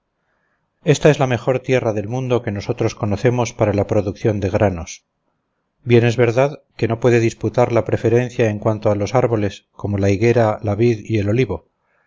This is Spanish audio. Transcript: esta es la mejor tierra del mundo que nosotros conocemos para la producción de granos bien es verdad que no puede disputar la preferencia en cuanto a los árboles como la higuera la vid y el olivo